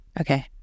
Okay